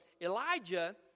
Elijah